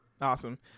awesome